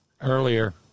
Earlier